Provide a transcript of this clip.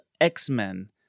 X-Men